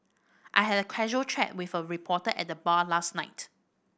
I had a casual chat with a reporter at the bar last night